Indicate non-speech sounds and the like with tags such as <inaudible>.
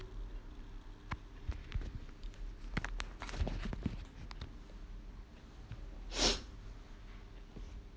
<noise>